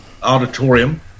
Auditorium